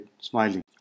smiling